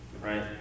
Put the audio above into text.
right